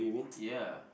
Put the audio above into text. ya